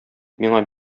миңа